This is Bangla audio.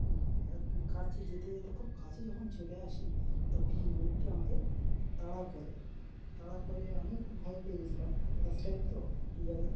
কাছে যেতে যেতে খুব কাছে যখন চলে আসি তখন ময়ূরটি আমাকে তাড়া করে তাড়া করে আমিও খুব ভয় পেয়ে গিয়েছিলাম ফার্স্ট টাইম তো কি জানি